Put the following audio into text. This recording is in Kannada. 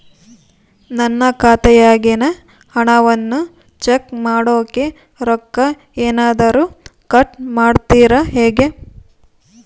ನನ್ನ ಖಾತೆಯಾಗಿನ ಹಣವನ್ನು ಚೆಕ್ ಮಾಡೋಕೆ ರೊಕ್ಕ ಏನಾದರೂ ಕಟ್ ಮಾಡುತ್ತೇರಾ ಹೆಂಗೆ?